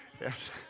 Yes